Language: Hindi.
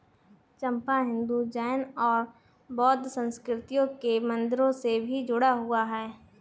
चंपा हिंदू, जैन और बौद्ध संस्कृतियों के मंदिरों से भी जुड़ा हुआ है